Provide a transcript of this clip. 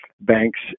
banks